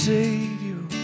Savior